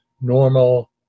normal